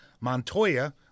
Montoya